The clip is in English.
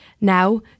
Now